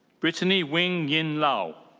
brittany wing yin lau.